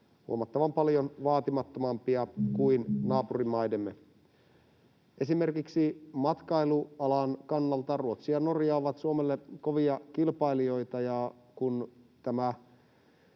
huomattavan paljon vaatimattomampia kuin naapurimaidemme. Esimerkiksi matkailualan kannalta Ruotsi ja Norja ovat Suomelle kovia kilpailijoita,